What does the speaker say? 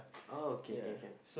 oh okay can can